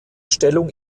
stellung